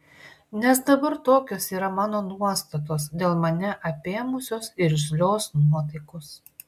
nes dabar tokios yra mano nuostatos dėl mane apėmusios irzlios nuotaikos